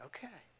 Okay